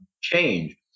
change